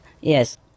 Yes